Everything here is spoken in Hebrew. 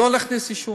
לא להכניס עישון.